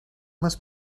must